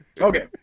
Okay